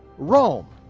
rome,